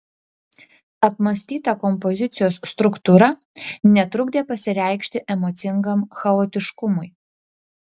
apmąstyta kompozicijos struktūra netrukdė pasireikšti emocingam chaotiškumui